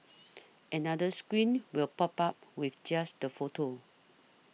another screen will pop up with just the photo